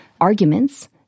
arguments